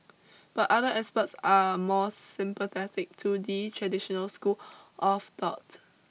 but other experts are more sympathetic to the traditional school of thought